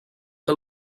que